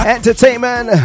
Entertainment